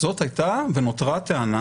זאת הייתה ונותרה טענה